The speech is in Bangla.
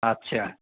আচ্ছা